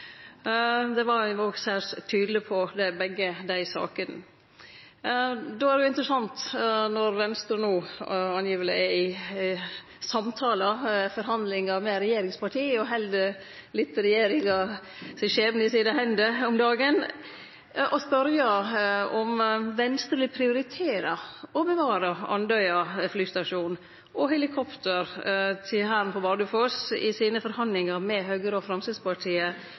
Det var eg òg særs tydeleg på ved begge dei sakene. Då er det interessant, når Venstre no angiveleg er i samtalar/forhandlingar med regjeringspartia og held regjeringa sin skjebne litt i sine hender om dagen, å spørje: Vil Venstre prioritere å bevare Andøya flystasjon og helikopter til Hæren på Bardufoss i sine forhandlingar med Høgre og Framstegspartiet,